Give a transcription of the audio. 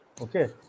Okay